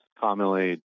commonly